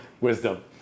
Wisdom